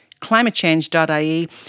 climatechange.ie